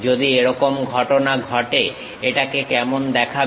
যদি এরকম ঘটনা ঘটে এটাকে কেমন দেখাবে